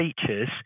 features